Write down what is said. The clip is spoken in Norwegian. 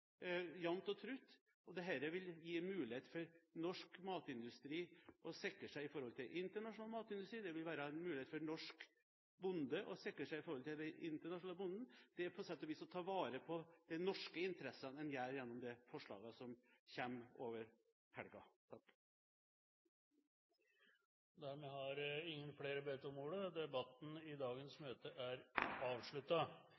jevnt og trutt, og dette vil gi muligheter for norsk matindustri til å sikre seg i forhold til internasjonal matindustri, det vil være en mulighet for den norske bonden til å sikre seg mot den internasjonale bonden. Det er på sett og vis det å ta vare på de norske interessene man gjør gjennom de forslagene som kommer over helgen. Ingen flere har bedt om ordet. Debatten i dagens